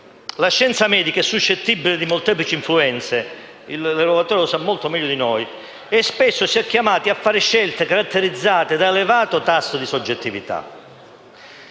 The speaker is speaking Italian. La scienza medica è suscettibile di molteplici influenze - il relatore lo sa molto meglio di noi - e spesso si è chiamati a fare scelte caratterizzate da un elevato tasso di soggettività.